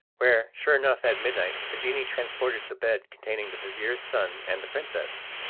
where, sure enough at midnight the genie transported the bed containing the vizir's son and the princess.